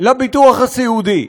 לביטוח הסיעודי.